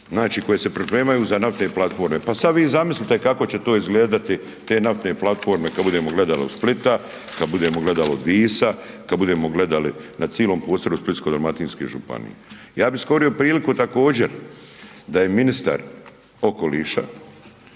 Znači koji se pripremaju za naftne platforme. Pa sad vi zamislite kako će to izgledati te naftne platforme kad budemo gledali od Splita, kada budemo gledali od Visa, kad budemo gledali na cilom prostoru Splitsko-dalmatinske županije. Ja bi iskoristio priliku također da je okoliša